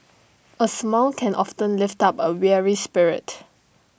A smile can often lift up A weary spirit